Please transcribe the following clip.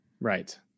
Right